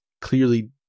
clearly